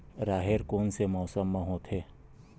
राहेर कोन से मौसम म होथे?